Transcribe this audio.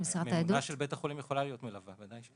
--- של בית החולים יכולה להיות מלווה, בוודאי.